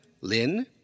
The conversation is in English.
Lynn